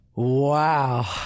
Wow